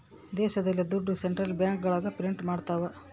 ದೇಶದಲ್ಲಿ ದುಡ್ಡು ಸೆಂಟ್ರಲ್ ಬ್ಯಾಂಕ್ಗಳು ಪ್ರಿಂಟ್ ಮಾಡ್ತವ